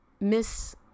Miss